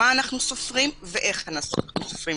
מה אנחנו סופרים ואיך אנחנו סופרים.